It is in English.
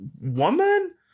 woman